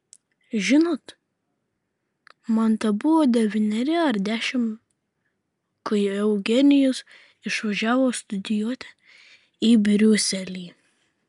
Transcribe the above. žinot man tebuvo devyneri ar dešimt kai eugenijus išvažiavo studijuoti į briuselį